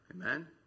Amen